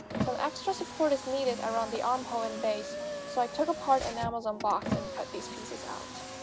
some extra support is needed around the armhole and base so i took apart an amazon box and cut these pieces out